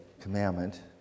commandment